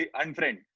unfriend